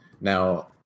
Now